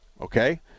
okay